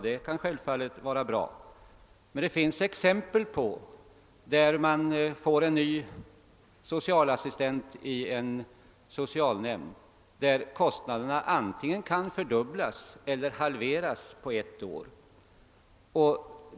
Detta kan i och för sig vara bra, men det finns exempel på att där man får en ny socialassistent i en socialnämnd kan kostnaderna antingen fördubblas eller halveras på ett år.